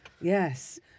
Yes